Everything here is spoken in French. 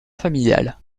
familiale